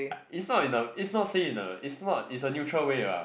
is not in a is not say in a is not is a neutral way lah